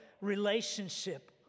relationship